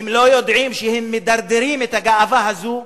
לא יודעים שהם מדרדרים את הגאווה הזאת,